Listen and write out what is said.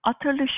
utterly